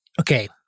okay